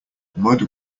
mud